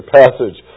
passage